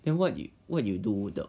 then what do you what do you do the